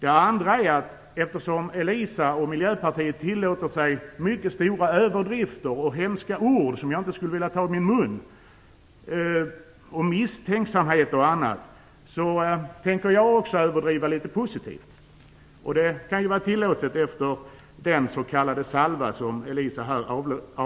Eftersom Elisa Abascal Reyes och Miljöpartiet tillåter sig mycket stora överdrifter och hemska ord som jag inte skulle vilja ta i min mun om bl.a. misstänksamhet, tänker jag överdriva litet åt det positiva hållet. Det kan ju vara tillåtet efter den salva som Elisa Abascal Reyes avlossade här.